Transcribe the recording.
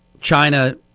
China